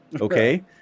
okay